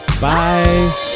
Bye